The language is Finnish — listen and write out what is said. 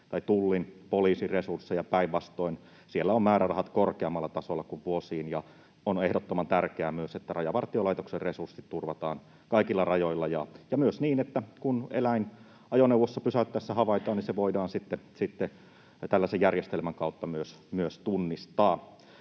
Tullin ja poliisin resursseja. Päinvastoin, siellä määrärahat ovat korkeammalla tasolla kuin vuosiin. Ja on ehdottoman tärkeää myös, että Rajavartiolaitoksen resurssit turvataan kaikilla rajoilla, ja myös se, että kun eläin ajoneuvoa pysäytettäessä havaitaan, niin se voidaan sitten tällaisen järjestelmän kautta myös tunnistaa.